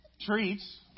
treats